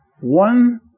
One